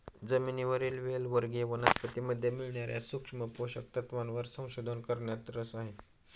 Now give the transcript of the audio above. जमिनीवरील वेल वर्गीय वनस्पतीमध्ये मिळणार्या सूक्ष्म पोषक तत्वांवर संशोधन करण्यात रस आहे